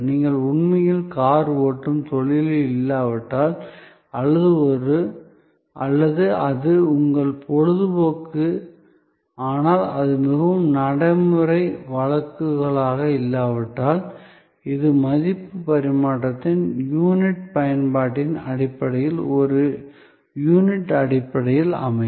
நீங்கள் உண்மையில் கார் ஓட்டும் தொழிலில் இல்லாவிட்டால் அல்லது அது உங்கள் பொழுதுபோக்கு ஆனால் மிகவும் நடைமுறை வழக்குகளாக இல்லாவிட்டால் இது மதிப்பு பரிமாற்றத்தின் யூனிட் பயன்பாட்டின் அடிப்படையில் ஒரு யூனிட் அடிப்படையில் அமையும்